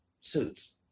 suits